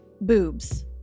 boobs